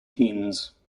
keynes